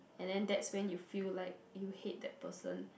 and then that's when you feel like you hate that person